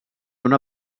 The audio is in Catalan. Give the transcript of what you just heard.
una